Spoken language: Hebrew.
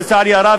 לצערי הרב,